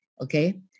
okay